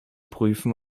prüfen